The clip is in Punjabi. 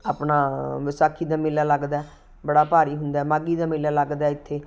ਆਪਣਾ ਵਿਸਾਖੀ ਦਾ ਮੇਲਾ ਲੱਗਦਾ ਬੜਾ ਭਾਰੀ ਹੁੰਦਾ ਮਾਘੀ ਦਾ ਮੇਲਾ ਲੱਗਦਾ ਇੱਥੇ